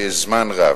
זמן רב.